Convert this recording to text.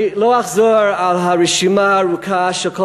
אני לא אחזור על הרשימה הארוכה של כל